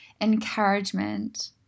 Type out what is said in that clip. encouragement